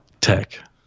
tech